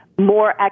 more